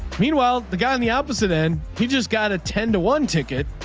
meanwhile the guy on the opposite end. he just got a ten to one ticket